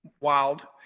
wild